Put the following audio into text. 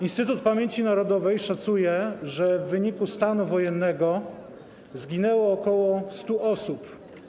Instytut Pamięci Narodowej szacuje, że w wyniku stanu wojennego zginęło ok. 100 osób.